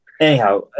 anyhow